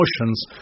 emotions